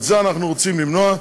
את זה אנחנו רוצים למנוע.